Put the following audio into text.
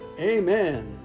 amen